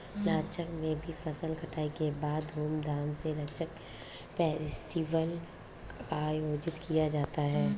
लद्दाख में भी फसल कटाई के बाद धूमधाम से लद्दाख फेस्टिवल का आयोजन किया जाता है